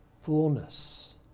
fullness